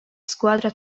squadra